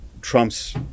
Trump's